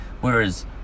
whereas